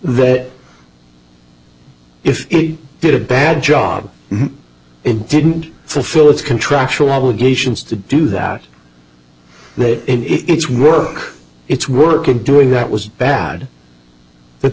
that if he did a bad job it didn't fulfill its contractual obligations to do that it's work it's work and doing that was bad but